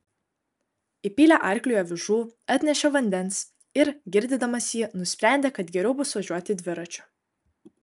įpylė arkliui avižų atnešė vandens ir girdydamas jį nusprendė kad geriau bus važiuoti dviračiu